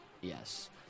Yes